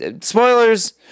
spoilers